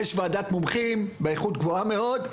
יש ועדת מומחים באיכות גבוהה מאוד,